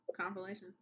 compilation